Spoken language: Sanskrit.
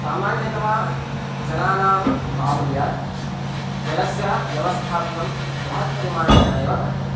सामान्यतः जनानां बाहुल्यात् जलस्य व्यवस्थापनं बृहत्परिमाणेन एव कर्तव्यम्